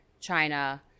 china